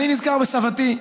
אני נזכר בסבתי,